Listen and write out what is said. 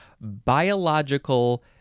biological